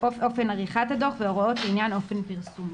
אופן עריכת הדוח והוראות לעניין אופן פרסומו,"